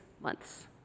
months